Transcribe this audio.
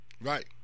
Right